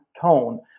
tone